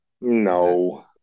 No